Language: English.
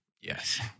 Yes